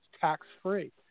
tax-free